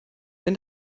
wenn